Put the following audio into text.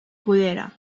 cullera